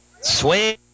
Swing